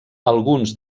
alguns